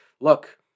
look